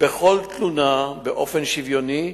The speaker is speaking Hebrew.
בכל תלונה באופן שוויוני,